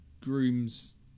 Grooms